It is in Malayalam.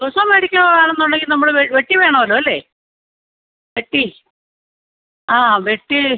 ദിവസവും മേടിക്കാൻ ആണെന്നുണ്ടെങ്കിൽ നമ്മൾ വെ വെട്ടി വേണമല്ലോ അല്ലേ വെട്ടി ആ വെട്ടി